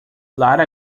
lara